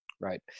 Right